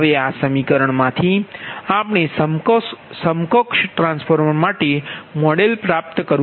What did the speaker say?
હવે આ સમીકરણમાંથી આપણે સમકક્ષ ટ્રાન્સફોર્મર માટે મોડેલ પ્રાપ્ત કરવું પડશે